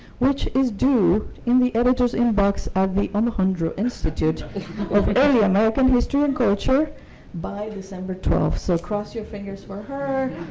which is due in the editor's inbox at the alejandro institute of early american history and culture by december twelve. so cross your fingers for her.